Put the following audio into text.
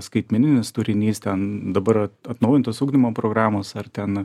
skaitmeninis turinys ten dabar atnaujintos ugdymo programos ar ten